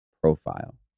profile